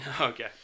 Okay